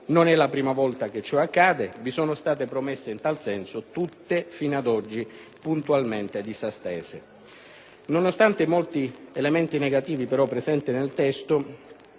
Non è la prima volta che ciò accade. Vi sono state promesse in tal senso: tutte fino ad oggi puntualmente disattese. Nonostante i molti elementi negativi presenti nel testo,